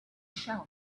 shell